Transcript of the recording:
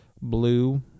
blue